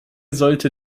sollte